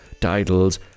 titles